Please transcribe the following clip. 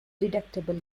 deductible